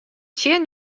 tsjin